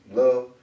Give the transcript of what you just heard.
love